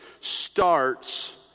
starts